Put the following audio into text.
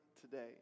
today